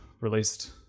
released